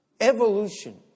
Evolution